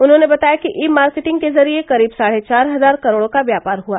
उन्होंने बताया कि ई मार्केटिंग के जरिये करीब साढ़े चार हजार करोड़ का व्यापार हुआ